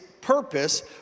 purpose